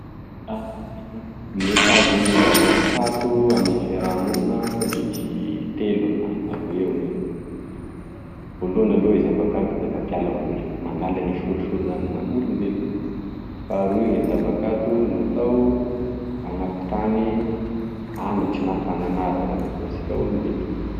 Gne tanzogne zavakanto ame fiaramonina de misy telo na roy eo zany fatako voloany aloa e zavakanto da mampiala voly manalagne sorisory maha olombelo faharoy gne zavakanto natao anampitany anatry na fananara zany ho asika olombelo.